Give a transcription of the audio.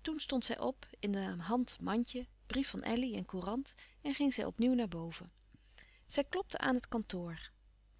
toen stond zij op in de hand mandje brief van elly en courant en ging zij opnieuw naar boven zij klopte aan het kantoor